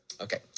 Okay